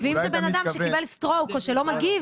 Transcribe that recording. ואם זה אדם שקיבל שבץ או שלא מגיב,